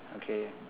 okay